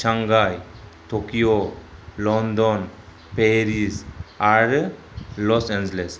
Shanghai Tokyo London Paris आरो Los Angeles